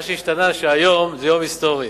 מה שהשתנה שהיום זה יום היסטורי.